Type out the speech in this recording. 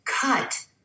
cut